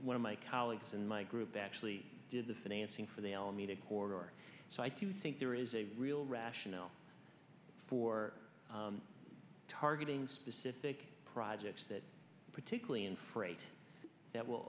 one of my colleagues in my group actually did the financing for the alameda or so i do think there is a real rationale for targeting specific projects that particularly in freight that will